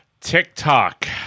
TikTok